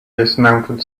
dismounted